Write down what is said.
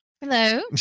hello